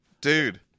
dude